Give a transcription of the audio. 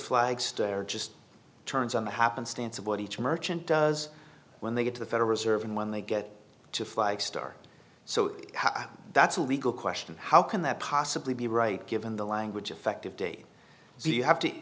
flag stare just turns on the happenstance of what each merchant does when they get to the federal reserve and when they get to five star so that's a legal question how can that possibly be right given the language effective date so you have to